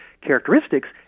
characteristics